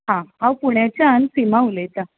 आं हांव पुणेच्यान सीमा उलयतां